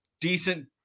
decent